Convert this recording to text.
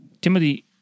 Timothy